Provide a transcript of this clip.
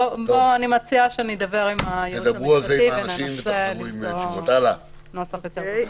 אני מציעה שאני אדבר עם היועץ המשפטי ואנחנו ננסה למצוא נוסח יותר טוב.